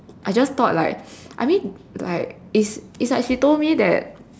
I just thought like I mean like is like she told me that